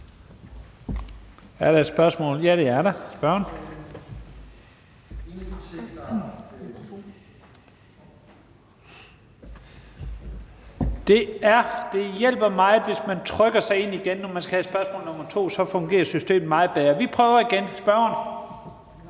Det hjælper meget, hvis man trykker sig ind igen, når man skal have et spørgsmål nr. 2, så fungerer systemet meget bedre. Vi prøver igen.